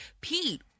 pete